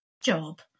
Job